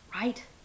right